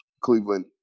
Cleveland